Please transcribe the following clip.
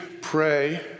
pray